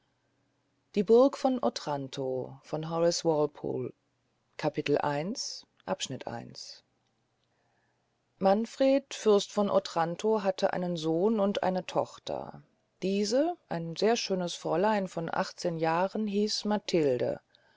otranto erster abschnitt manfred fürst von otranto hatte einen sohn und eine tochter diese ein sehr schönes fräulein von achtzehn jahren hieß